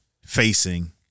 facing